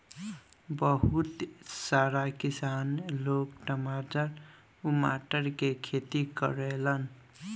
बहुत सारा किसान लोग टमाटर उमाटर के खेती करेलन